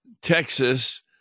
Texas